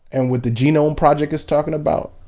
and what the genome project is talking about,